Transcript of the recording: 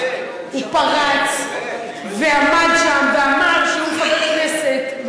הוא פרץ ועמד שם ואמר שהוא חבר כנסת,